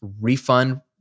refund